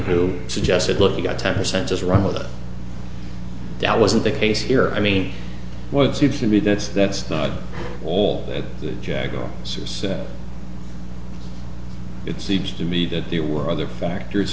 who suggested look you got ten percent just run with it that wasn't the case here i mean what seems to be that's that's not all that jagger says it seems to me that there were other factors